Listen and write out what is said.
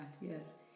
yes